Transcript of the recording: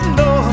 no